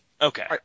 Okay